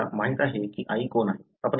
आपल्याला माहित आहे की आई कोण आहे